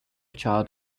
child